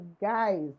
guys